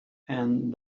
and